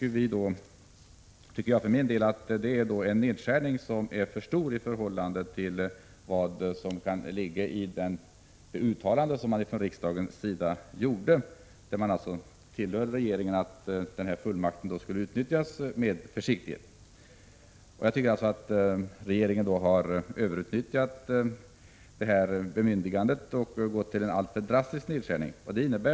För min del anser jag att det är en för stor nedskärning i förhållande till vad som avsågs i riksdagens uttalande, där vi tillhöll regeringen att utnyttja fullmakten med försiktighet. Jag tycker att regeringen har överutnyttjat detta bemyndigande och gjort en alltför drastisk nedskärning.